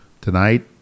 Tonight